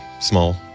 small